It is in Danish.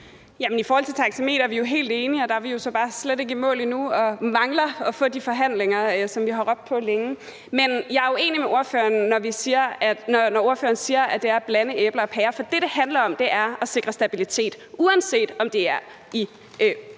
I forhold til taxameteret er vi jo helt enige, og der er vi jo så bare slet ikke i mål endnu og mangler at få de forhandlinger, som vi har råbt på længe. Men jeg er uenig med ordføreren, når ordføreren siger, at det er at blande æbler og pærer, for det, det handler om, er at sikre stabilitet, uanset om det er uden